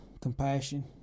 compassion